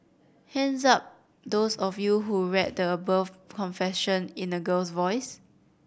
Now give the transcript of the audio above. hands up those of you who read the above confession in a girl's voice